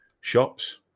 shops